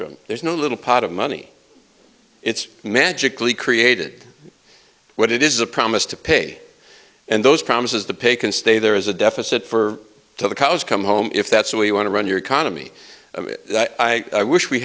from there's no little pot of money it's magically created what it is a promise to pay and those promises to pay can stay there is a deficit for to the cows come home if that's the way you want to run your economy i